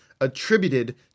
attributed